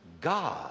God